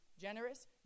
generous